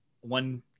one